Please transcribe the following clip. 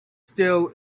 still